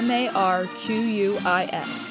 Marquis